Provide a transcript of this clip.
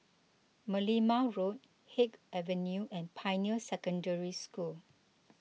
Merlimau Road Haig Avenue and Pioneer Secondary School